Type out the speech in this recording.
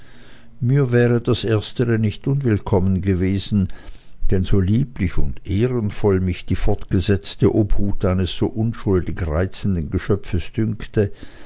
mir wäre das erstere nicht unwillkommen gewesen denn so lieblich und ehrenvoll mich die fortgesetzte obhut eines so unschuldig reizenden geschöpfes dünkte